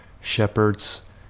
shepherds